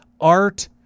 art